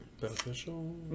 Beneficial